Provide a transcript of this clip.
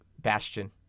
Bastion